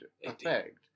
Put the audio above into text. effect